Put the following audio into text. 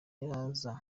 yaza